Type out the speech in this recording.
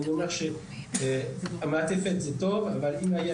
אני אומר שהמעטפת היא טובה אבל אם הייתה